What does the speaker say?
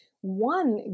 one